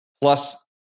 plus